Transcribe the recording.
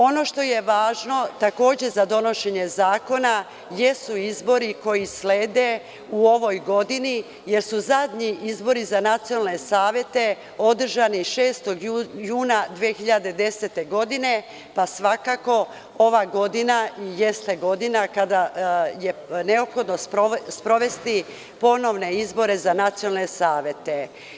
Ono što je takođe važno za donošenje zakona jesu izbori koji slede u ovoj godini, jer su zadnji izbori za nacionalne savete održani 6. juna 2010. godine, pa svakako ova godina jeste godina kada je neophodno sprovesti ponovne izbore za nacionalne saveta.